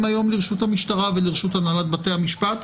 היום לרשות המשטרה ולרשות הנהלת בתי המשפט.